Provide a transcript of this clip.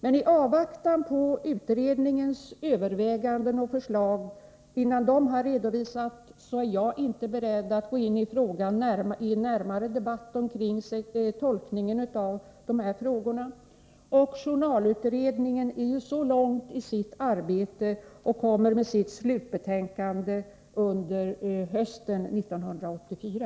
Men i avvaktan på utredningens överväganden och förslag är jag inte beredd att — innan de har redovisats — gå in i en närmare debatt omkring tolkningen av dessa frågor. Journalutredningen har ju kommit långt i sitt arbete och lämnar sitt slutbetänkande under hösten 1984.